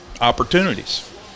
opportunities